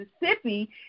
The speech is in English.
Mississippi